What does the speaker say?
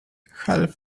half